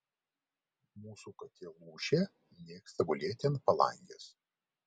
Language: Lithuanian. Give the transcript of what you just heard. mūsų katė lūšė mėgsta gulėti ant palangės